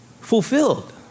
fulfilled